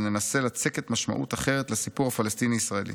וננסה לצקת משמעות אחרת לסיפור הפלסטיני-ישראלי,